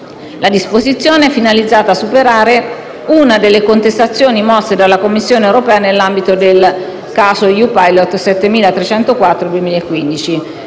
La disposizione è finalizzata a superare una delle contestazioni mosse dalla Commissione europea nell'ambito del caso EU-Pilot 7304/15.